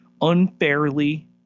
unfairly